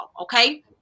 okay